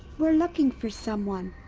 we're looking for someone.